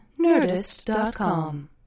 Nerdist.com